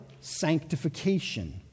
sanctification